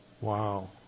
Wow